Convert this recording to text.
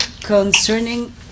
concerning